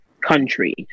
country